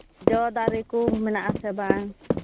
ᱡᱚ ᱫᱟᱨᱮ ᱠᱚ ᱢᱮᱱᱟᱜ ᱟᱥᱮ ᱵᱟᱝ